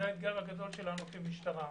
זה האתגר הגדול שלנו כמשטרה.